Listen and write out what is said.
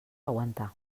aguantar